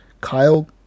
Kyle